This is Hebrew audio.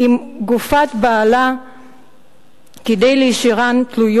עם גופת בעלה כשזה הלך